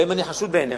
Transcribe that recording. גם אם אני חשוד בעיניך,